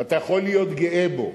ואתה יכול להיות גאה בו,